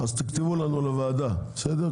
אז תכתבו לנו, לוועדה, בסדר?